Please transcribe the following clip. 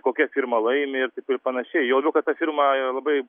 kokia firma laimi ir panašiai juo labiau kad ta firma yra labai